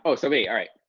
so so me, all right.